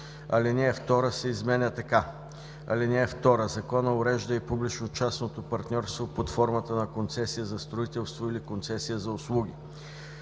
Алинея 2 се изменя така: „(2) Законът урежда и публично-частното партньорство под формата на концесия за строителство или концесия за услуги.“